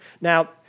Now